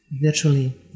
virtually